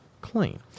clean